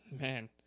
man